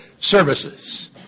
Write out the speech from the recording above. services